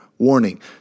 Warning